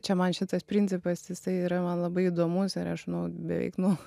čia man šitas principas jisai yra man labai įdomus ir aš nu beveik nu